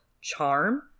charm